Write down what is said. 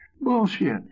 Bullshit